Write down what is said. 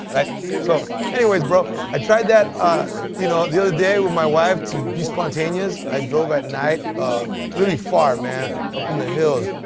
so anyways bro i tried that ah you know the other day with my wife, trying to be spontaneous. i drove at night really far man up in the hills.